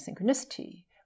synchronicity